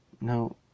No